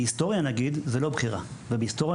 בהיסטוריה נגיד זה לא בחירה ובהיסטוריה